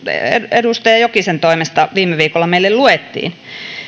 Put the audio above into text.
edustaja jokisen toimesta viime viikolla meille luettiin